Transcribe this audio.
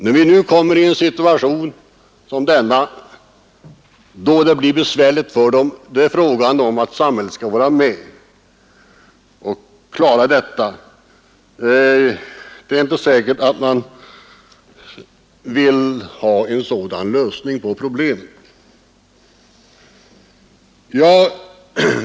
När vi nu kommer in i en situation då det blir besvärligt för dem skall samhället vara med och lösa problemen.